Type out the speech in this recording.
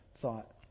thought